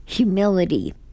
Humility